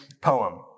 poem